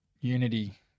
unity